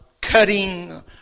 cutting